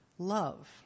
love